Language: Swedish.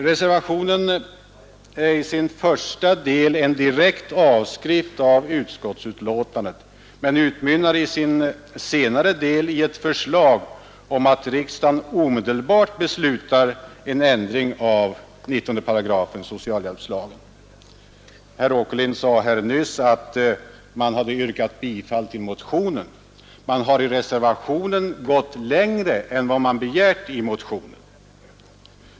Reservationen är i sin första del en direkt avskrift av utskottsbetänkandet men utmynnar i sin senare del i ett förslag om att riksdagen omedelbart beslutar en ändring av 19 § i socialhjälpslagen. Herr Åkerlind anser att reservationsyrkandet överensstämmer med yrkandet i motionen. Men reservationen går längre än motionen.